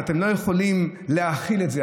ואתם לא יכולים להכיל את זה.